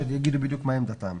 שיגידו בדיוק מה עמדתם.